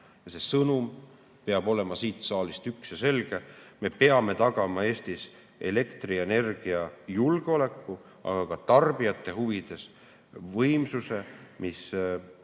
See sõnum peab olema siit saalist selge: me peame tagama Eestis elektrienergia julgeoleku, aga tarbijate huvides ka võimsuse, mis